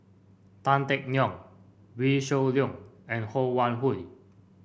Tan Teck Neo Wee Shoo Leong and Ho Wan Hui